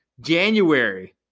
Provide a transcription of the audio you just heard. January